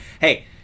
Hey